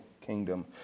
kingdom